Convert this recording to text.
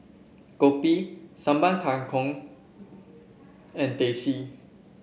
Kopi Sambal Kangkong and Teh C